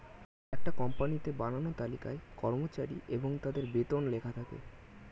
একটা কোম্পানিতে বানানো তালিকায় কর্মচারী এবং তাদের বেতন লেখা থাকে